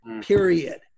period